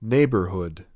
Neighborhood